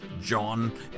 john